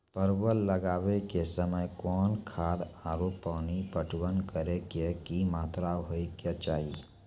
परवल लगाबै के समय कौन खाद आरु पानी पटवन करै के कि मात्रा होय केचाही?